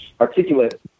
articulate